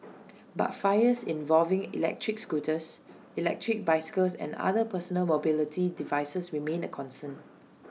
but fires involving electric scooters electric bicycles and other personal mobility devices remain A concern